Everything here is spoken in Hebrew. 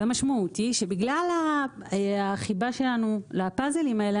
והמשמעות היא שבגלל החיבה שלנו לפאזלים האלה